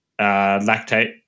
lactate